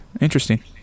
interesting